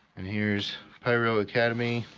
and here's pyro academy